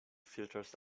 filters